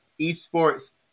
eSports